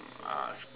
uh